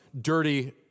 dirty